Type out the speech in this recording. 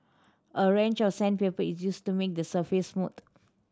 a range of sandpaper is used to make the surface smooth